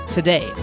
today